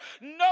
No